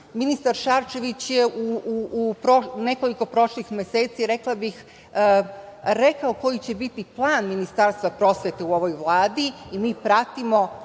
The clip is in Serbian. Ministar Šarčević je u nekoliko prošlih meseci, rekla bih, rekao koji će biti plan Ministarstva prosvete u ovoj Vladi i mi pratimo